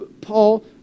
Paul